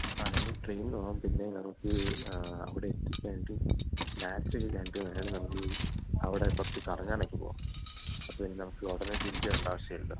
ആ നമുക്ക് ട്രെയിനിന് പോകാം പിന്നെ നമുക്ക് അവിടെ എത്തിക്കഴിഞ്ഞിട്ട് മാച്ച് കഴിഞ്ഞിട്ട് നമുക്ക് അവിടെ കുറച്ച് കറങ്ങാനൊക്കെ പോകാം അപ്പോള് ഇനി നമുക്ക് ഉടനെ തിരിച്ചുവരേണ്ട ആവശ്യമില്ലല്ലോ